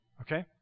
okay